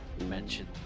mention